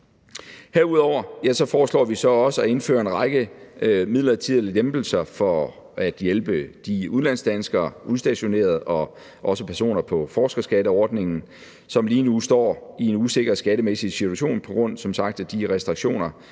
Herudover foreslår vi så også at indføre en række midlertidige lempelser for at hjælpe de udenlandsdanskere, udstationerede og også personer på forskerskatteordningen, som lige nu står i en usikker skattemæssig situation som sagt på grund af de restriktioner,